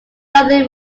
dublin